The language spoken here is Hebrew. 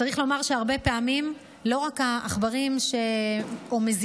צריך לומר שהרבה פעמים לא רק העכברים או מזיקים